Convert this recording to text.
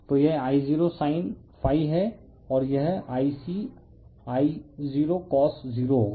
तो यह I0sin है और यह Ic I0cos0 होगा